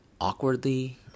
awkwardly